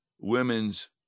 women's